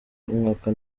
umwaka